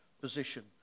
position